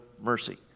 mercy